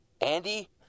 Andy